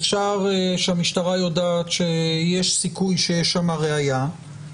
אפשר שהמשטרה יודעת שיש סיכוי שיש שמה ראיה,